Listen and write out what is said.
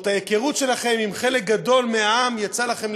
או שאת ההיכרות שלכם עם חלק גדול מהעם יצא לכם